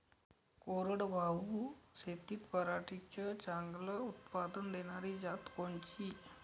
कोरडवाहू शेतीत पराटीचं चांगलं उत्पादन देनारी जात कोनची?